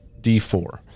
d4